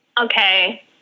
Okay